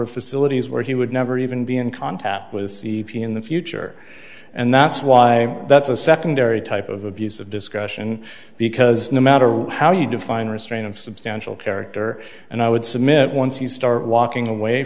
of facilities where he would never even be in contact with in the future and that's why that's a secondary type of abuse of discussion because no matter how you define restrain of substantial character and i would submit once you start walking away